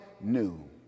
new